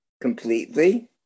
completely